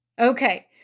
Okay